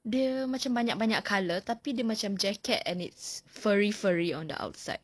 dia macam banyak-banyak colour tapi dia macam jacket and it's furry furry on the outside